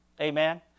amen